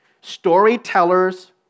Storytellers